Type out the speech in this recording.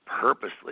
purposely